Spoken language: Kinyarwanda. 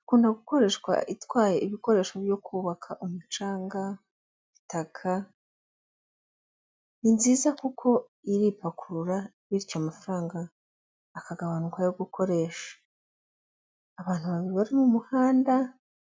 ikunda gukoreshwa itwaye ibikoresho byo kubaka umucanga, itaka, ni nziza kuko iripakurura bityo amafaranga akagabanuka yo gukoresha. Abantu babiri bari mu muhanda…